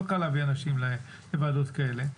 לא קל להביא אנשים לוועדות כאלה,